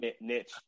niche